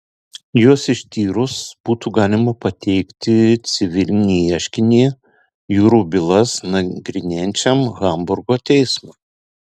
juos ištyrus būtų galima pateikti civilinį ieškinį jūrų bylas nagrinėjančiam hamburgo teismui